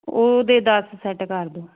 ਉਹਦੇ ਦਸ ਸੈਟ ਕਰ ਦਿਓ